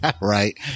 Right